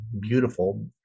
beautiful